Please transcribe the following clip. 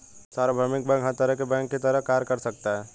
सार्वभौमिक बैंक हर तरह के बैंक की तरह कार्य कर सकता है